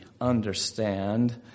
understand